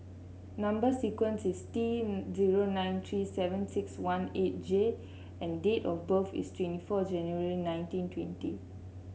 number sequence is T zero nine three seven six one eight J and date of birth is twenty four January nineteen twenty